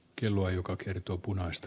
kelloa joka kertoo punaiset